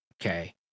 okay